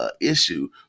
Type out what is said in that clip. issue